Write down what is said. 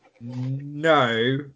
no